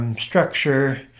structure